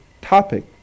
topic